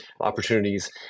opportunities